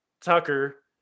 Tucker